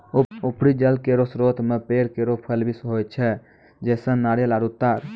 उपरी जल केरो स्रोत म पेड़ केरो फल भी होय छै, जैसें नारियल आरु तार